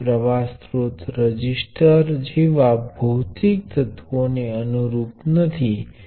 અમારી પાસે આ 1 વોલ્ટ અને 10 kΩછે